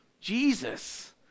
Jesus